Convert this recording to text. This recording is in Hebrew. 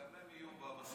אבל גם הם יהיו במסלול.